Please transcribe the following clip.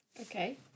Okay